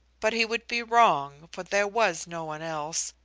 but he would be wrong, for there was no one else,